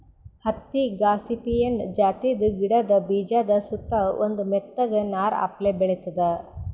ಹತ್ತಿ ಗಾಸಿಪಿಯನ್ ಜಾತಿದ್ ಗಿಡದ ಬೀಜಾದ ಸುತ್ತಾ ಒಂದ್ ಮೆತ್ತಗ್ ನಾರ್ ಅಪ್ಲೆ ಬೆಳಿತದ್